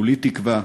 כולי תקווה